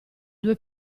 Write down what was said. due